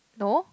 no